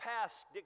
past